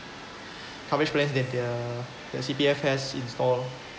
coverage plans that their their C_P_F has in store